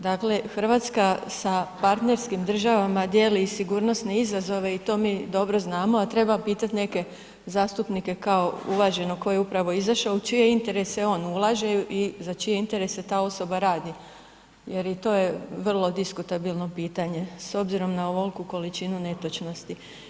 Dakle, Hrvatska sa partnerskim državama dijeli i sigurnosne izazove i to mi dobro znamo a treba pitati neke zastupnike kao uvaženog koji je upravo izašao, u čije interese on ulaže i za čije interese ta osoba radi jer i to je vrlo diskutabilno pitanje s obzirom na ovoliku količinu netočnosti.